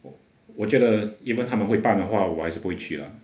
我我觉得 even 他们会办的话我还是不会去 lah